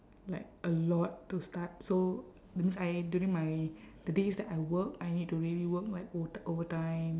like a lot to start so that means I during my the days that I work I need to really work like o~ overtime